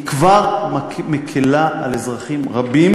היא כבר מקִלה על אזרחים רבים,